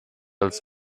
als